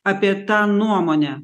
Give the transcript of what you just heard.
apie tą nuomonę